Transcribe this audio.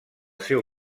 seu